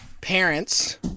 parents